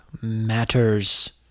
matters